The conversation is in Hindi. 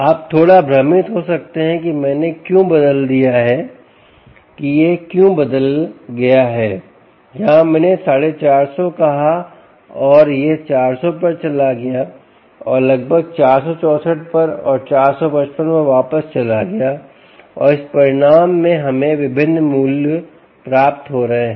आप थोड़ा भ्रमित हो सकते हैं कि मैंने क्यों बदल दिया है कि यह क्यों बदल गया है यहां मैंने 450 कहा और यह वह 400 पर चला गया और लगभग 464 पर और 455 पर वापस चला गया और इस परिणाम में हमें विभिन्न मूल्य प्राप्त हो रहे हैं